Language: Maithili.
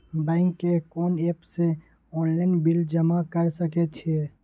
बैंक के कोन एप से ऑनलाइन बिल जमा कर सके छिए?